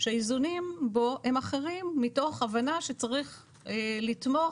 שהאיזונים בו הם אחרים מתוך הבנה שצריך לתמוך